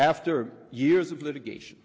after years of litigation